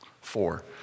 Four